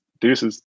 deuces